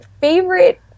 favorite